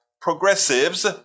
progressives